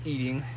Eating